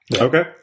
Okay